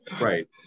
right